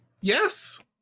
yes